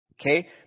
Okay